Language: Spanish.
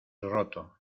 roto